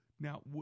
Now